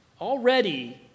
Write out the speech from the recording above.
already